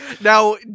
Now